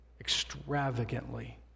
extravagantly